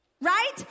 right